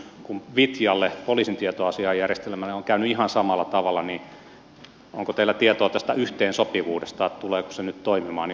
kun vitjalle poliisin tietoasiainjärjestelmälle on käynyt ihan samalla tavalla niin onko teillä tietoa tästä yhteensopivuudesta tuleeko se nyt toimimaan jo ensi vuonna